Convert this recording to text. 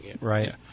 right